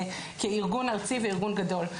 כארגון ארצי וארגון גדול.